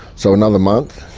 so another month,